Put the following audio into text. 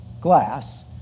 Glass